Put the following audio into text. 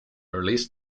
released